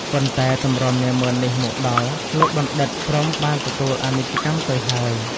ប៉ុន្តែទម្រាំនាហ្មឺននេះមកដល់ លោកបណ្ឌិត ព្រហ្មបានទទួលអនិច្ចកម្មទៅហើយ ។